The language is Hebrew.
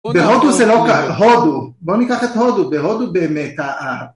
בהודו זה לא קרה, בהודו בואו ניקח את הודו, בהודו באמת ה...